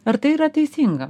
ar tai yra teisinga